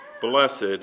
Blessed